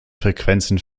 frequenzen